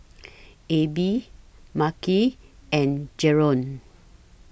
Abie Makhi and Jaron